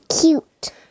cute